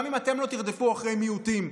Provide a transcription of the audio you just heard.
גם אם אתם לא תרדפו אחרי מיעוטים,